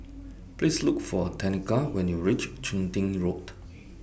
Please Look For Tenika when YOU REACH Chun Tin Road